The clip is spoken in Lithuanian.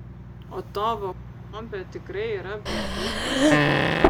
o tavo kompe tikrai yra bliutūfas